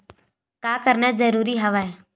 का करना जरूरी हवय?